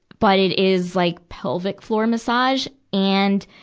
but it is like pelvic floor massage. and,